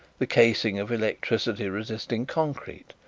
the casing of electricity-resisting concrete,